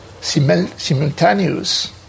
simultaneous